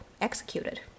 executed